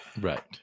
right